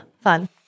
Fun